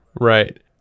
Right